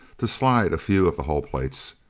to slide a few of the hull plates.